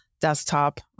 desktop